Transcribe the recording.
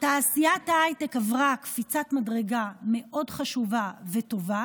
תעשיית ההייטק עברה קפיצת מדרגה מאוד חשובה וטובה